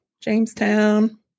jamestown